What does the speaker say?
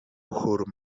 chór